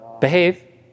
Behave